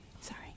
sorry